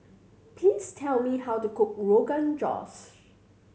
please tell me how to cook Rogan Josh